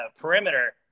perimeter